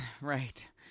Right